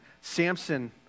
Samson